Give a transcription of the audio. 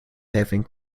having